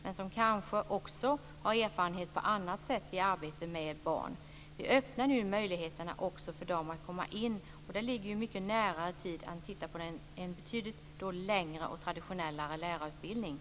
Men de kanske också har annan erfarenhet av arbete med barn. Vi öppnar nu möjligheterna också för dem att komma in. Och detta ligger ju mycket närmare i tid än om man ser på den betydligt längre traditionella lärarutbildningen.